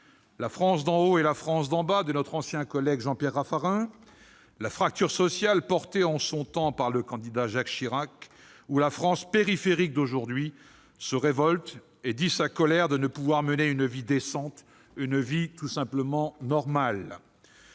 la France d'en haut et la France d'en bas » de notre ancien collègue Jean-Pierre Raffarin, la « fracture sociale » pointée en son temps par le candidat Jacques Chirac. La « France périphérique » d'aujourd'hui se révolte et dit sa colère de ne pouvoir mener une vie décente, une vie tout simplement normale.